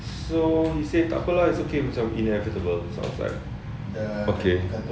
so he said takpe lah macam inevitable so I was like okay